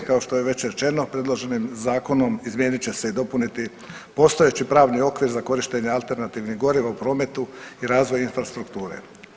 Kao što je već rečeno predloženim zakonom izmijenit će se i dopuniti postojeći pravni okvir za korištenje alternativnih goriva u prometu i razvoj infrastrukture.